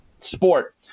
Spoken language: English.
sport